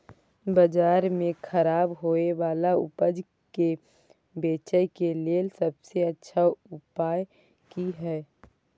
बाजार में खराब होय वाला उपज के बेचय के लेल सबसे अच्छा उपाय की हय?